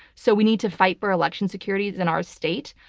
so we need to fight for election security in our state.